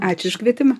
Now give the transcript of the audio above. ačiū už kvietimą